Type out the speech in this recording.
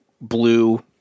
blue